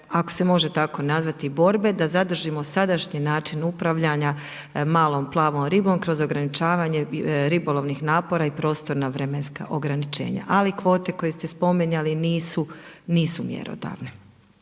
ako se može tako nazvati borbe da zadržimo sadašnji način upravljanja malom plavom ribom kroz ograničavanje ribolovnih napora i prostorna vremenska ograničenja. Ali kvote koje ste spominjali nisu mjerodavne.